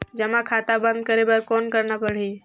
जमा खाता बंद करे बर कौन करना पड़ही?